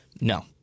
No